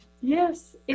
Yes